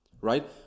right